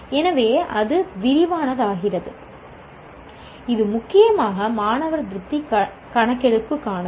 எனவே அது விரிவானதாகிறது இது முக்கியமாக மாணவர் திருப்தி கணக்கெடுப்புக்கானது